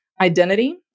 identity